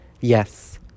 Yes